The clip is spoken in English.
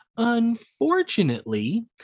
Unfortunately